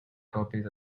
copies